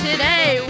Today